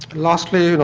lastly, you know